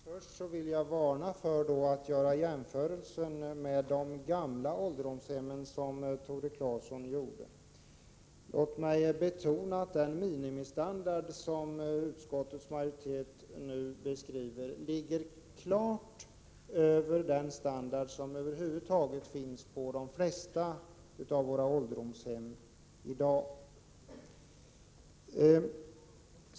Fru talman! Först vill jag varna för att göra den jämförelse med de gamla ålderdomshemmen som Tore Claeson gjorde. Låt mig understryka att den minimistandard som utskottets majoritet nu har bestämt sig för ligger klart över standarden vid de flesta av våra ålderdomshem i dag.